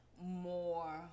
more